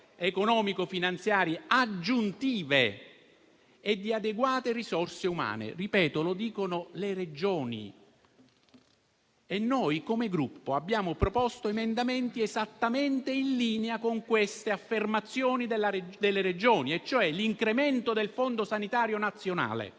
economico finanziarie aggiuntive e di adeguate risorse umane. Ripeto: lo dicono le Regioni e noi, come Gruppo, abbiamo proposto emendamenti esattamente in linea con queste affermazioni delle Regioni, e cioè l'incremento del Fondo sanitario nazionale,